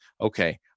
okay